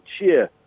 cheer